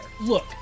Look